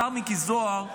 השר מיקי זוהר,